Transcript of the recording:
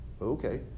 Okay